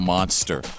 Monster